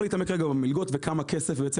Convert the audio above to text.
אפשר להתעמק רגע במלגות וכמה כסף בעצם